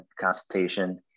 consultation